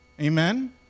Amen